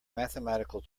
mathematical